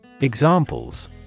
Examples